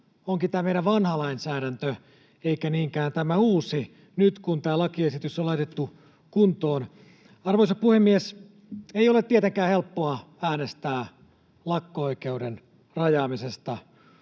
onkin tämä meidän vanha lainsäädäntö eikä niinkään tämä uusi, nyt kun tämä lakiesitys on laitettu kuntoon. Arvoisa puhemies! Ei ole tietenkään helppoa äänestää lakko-oikeuden rajaamisesta,